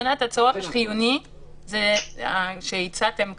מבחינת הצורך החיוני שהצעתם כרגע,